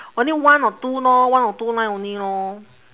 only one or two lor one or two line only lor